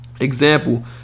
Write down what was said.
Example